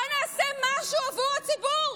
בואו נעשה משהו עבור הציבור.